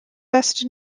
best